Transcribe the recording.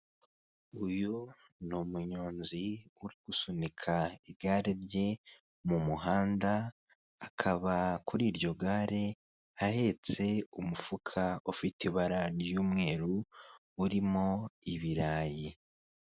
uyu ni umunyonzi uri gusunika igare rye mumuhanda akaba kuri iryo gare ahetse umufuka ufite ibara ry'umweru urimo ibirayi